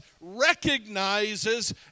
recognizes